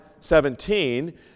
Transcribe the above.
17